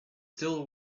still